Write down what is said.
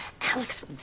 Alex